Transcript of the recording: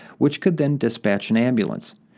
which could then dispatch an ambulance.